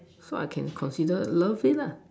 so I can consider love it lah